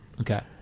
Okay